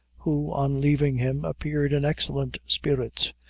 who, on leaving him appeared in excellent spirits,